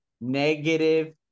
negative